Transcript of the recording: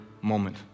moment